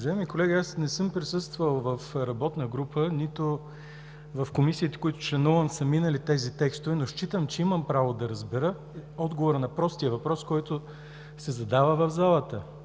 Уважаеми колеги, не съм присъствал в работна група, нито в комисиите, в които членувам, са минали тези текстове, но считам, че имам право да разбера отговора на простия въпрос, който се задава в залата: